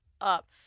up